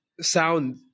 sound